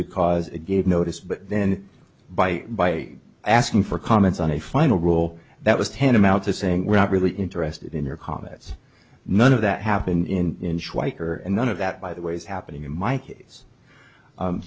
because it gave notice but then by by asking for comments on a final rule that was ten amount to saying we're not really interested in your comments none of that happened in her and none of that by the way is happening in my case